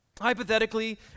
Hypothetically